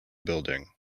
building